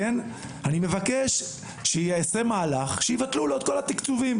אני מבקש שייעשה מהלך שיבטלו לו את כל התיקצובים.